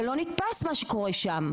זה לא נתפס מה שקורה שם.